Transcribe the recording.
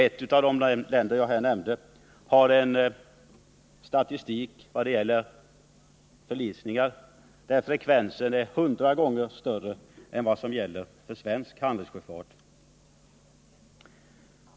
Ett av de länder som jag nämnde har en statistik över föriisningar där frekvensen är 100 gånger större än vad som gäller för svensk handelssjöfart.